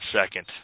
second